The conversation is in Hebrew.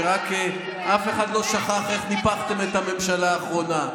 ואף אחד לא שכחתם איך ניפחתם את הממשלה האחרונה,